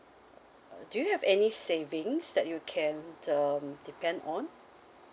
do you have any savings that you can err depend on